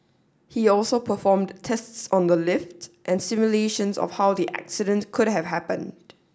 he also performed tests on the lift and simulations of how the accident could have happened